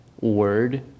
word